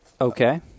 Okay